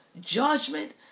judgment